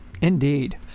Indeed